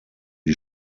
die